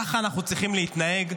כך אנחנו צריכים להתנהג,